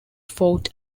fought